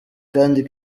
kandi